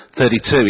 32